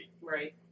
Right